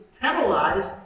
penalize